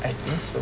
I think so